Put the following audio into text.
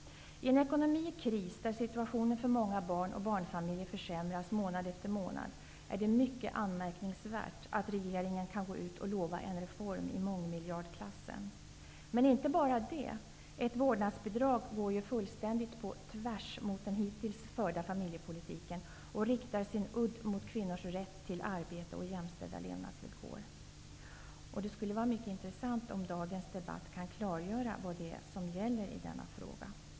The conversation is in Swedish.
I en ekonomi i kris, när situationen för många barn och barnfamiljer försämras månad efter månad, är det mycket anmärkningsvärt att regeringen kan gå ut och lova en reform i mångmiljardklassen. Men inte bara det: ett vårdnadsbidrag går ju fullständigt på tvärs mot den hittills förda familjepolitiken. Det riktar sin udd mot kvinnors rätt till arbete och jämställda levnadsvillkor. Det skulle vara mycket intressant om dagens debatt kan klargöra vad det är som gäller i denna fråga.